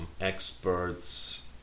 experts